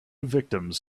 victims